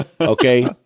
Okay